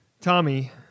Tommy